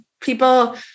people